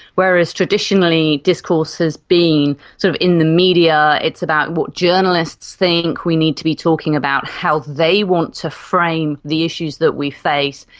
whereas traditionally discourse has been sort of in the media, it's about what journalists think. we need to be talking about how they want to frame the issues that we face,